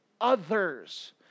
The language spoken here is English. others